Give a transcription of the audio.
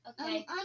Okay